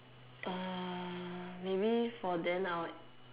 ah maybe for then I would